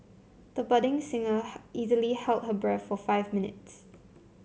the budding singer easily held her breath for five minutes